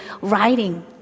writing